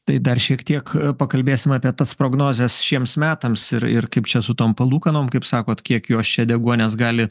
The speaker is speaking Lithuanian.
tai dar šiek tiek pakalbėsim apie tas prognozes šiems metams ir ir kaip čia su tom palūkanom kaip sakot kiek jos čia deguonies gali